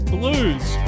Blues